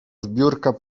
zbiórka